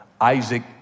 Isaac